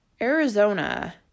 Arizona